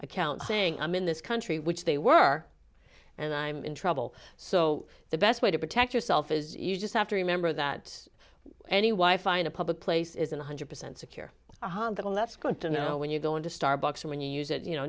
account saying i'm in this country which they were and i'm in trouble so the best way to protect yourself is you just have to remember that any why find a public place isn't one hundred percent secure or handle that's going to know when you're going to starbucks or when you use it you know